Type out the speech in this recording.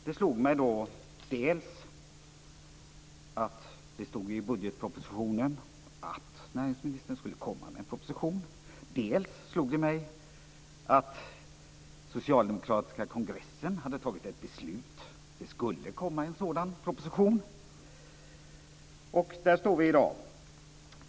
Det slog mig då dels att det stod i budgetpropositionen att näringsministern skulle komma med en proposition, dels att socialdemokratiska kongressen hade tagit ett beslut om att det skulle komma en sådan proposition. Där står vi i dag.